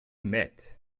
met